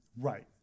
Right